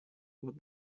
what